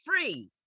free